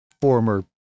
former